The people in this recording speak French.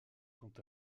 quant